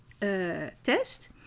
test